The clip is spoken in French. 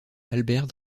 albert